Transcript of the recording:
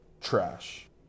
trash